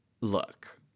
look